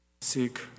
seek